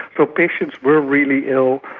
so patients were really ill,